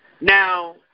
Now